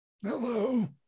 Hello